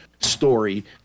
story